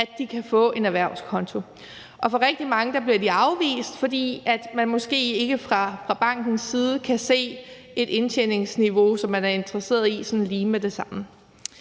at de kan få en erhvervskonto, og for rigtig manges vedkommende bliver de afvist, fordi man måske ikke fra bankens side kan se et indtjeningsniveau, som man er interesseret i, sådan lige med det samme.